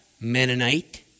Mennonite